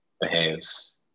behaves